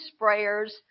sprayers